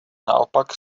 naopak